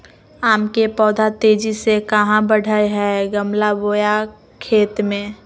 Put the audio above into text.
आम के पौधा तेजी से कहा बढ़य हैय गमला बोया खेत मे?